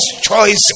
choice